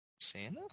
Santa